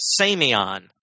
samion